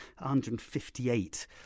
158